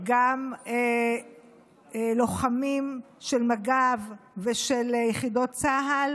גם לוחמים של מג"ב ושל יחידות צה"ל